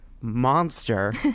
monster